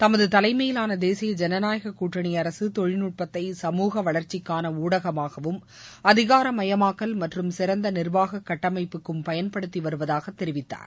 தமது தலைமையிலான தேசிய ஜனநாயக கூட்டணி அரக தொழில்நுட்பத்தை சமூக வளர்ச்சிக்கான ஊடகமாகவும் அதிகாரமயமாக்கல் மற்றும் சிறந்த நிர்வாக கட்டமைப்புக்கும் பயன்படுத்தி வருவதாக தெரிவித்தார்